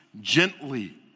gently